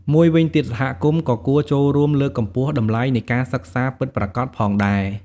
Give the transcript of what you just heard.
មួយវិញទៀតសហគមន៍ក៏គួរចូលរួមលើកកម្ពស់តម្លៃនៃការសិក្សាពិតប្រាកដផងដែរ។